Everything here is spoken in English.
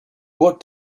what